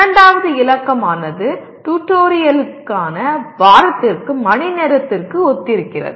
இரண்டாவது இலக்கமானது டுடோரியலுக்கான வாரத்திற்கு மணிநேரத்திற்கு ஒத்திருக்கிறது